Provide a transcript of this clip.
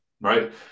right